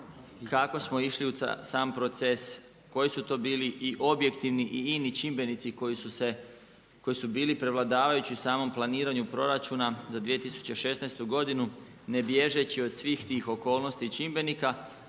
kako smo išli u sam proces, koji su to bili i objektivni i ini čimbenici koji su bili prevladavajući u samom planiranju proračuna za 2016. godinu ne bježeći od svih tih okolnosti i čimbenika.